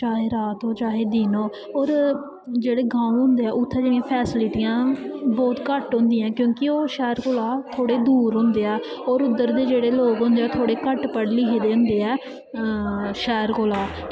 चाहे रात हो चाहे दिन गो और जेह्ड़े गांव होंदे उत्थैें जेह्डियां फैसलिटियां बौह्त घट्ट होंदियां क्योंकि ओह् सैह्र कोला दा थोह्ड़े दूर होंदे ऐ और उध्दर दे जेह्ड़े लोग होंदे ऐं ओह् घट्ट पढ़े लिखे दे होंदे ऐं शैह्र कोला दा